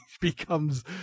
becomes